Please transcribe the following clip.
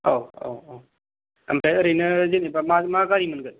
औ औ औ आमफ्राय ओरैनो जेनेबा मा मा गारि मोनगोन